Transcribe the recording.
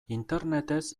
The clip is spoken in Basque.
internetez